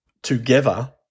together